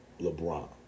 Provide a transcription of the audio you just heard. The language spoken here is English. LeBron